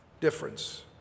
difference